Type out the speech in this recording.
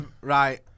Right